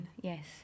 Yes